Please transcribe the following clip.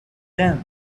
them